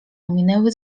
ominęły